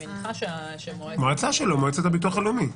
מועצת הביטוח הלאומי.